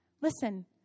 Listen